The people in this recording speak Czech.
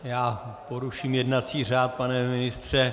Já poruším jednací řád, pane ministře.